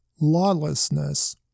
lawlessness